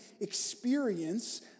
experience